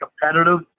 competitive